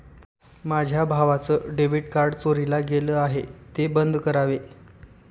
माझ्या भावाचं debit card चोरीला गेलं आहे, ते बंद करावे